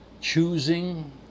choosing